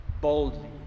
boldly